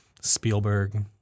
Spielberg